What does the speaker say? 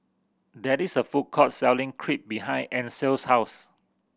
there is a food court selling Crepe behind Ansel's house